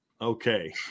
Okay